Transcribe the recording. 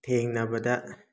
ꯊꯦꯡꯅꯕꯗ